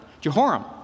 Jehoram